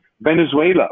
Venezuela